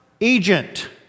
agent